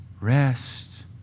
rest